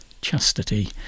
Chastity